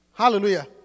Hallelujah